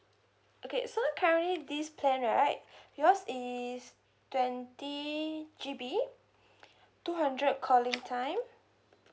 okay so currently this plan right yours is twenty G_B two hundred calling time